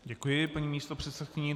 Děkuji paní místopředsedkyni.